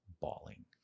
bawling